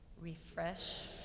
Refresh